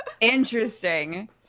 Interesting